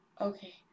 Okay